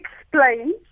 explain